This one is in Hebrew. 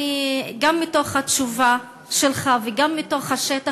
גם מתוך התשובה שלך וגם מתוך השטח,